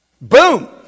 Boom